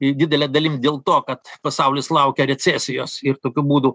ir didele dalim dėl to kad pasaulis laukia recesijos ir tokiu būdu